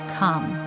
come